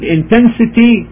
intensity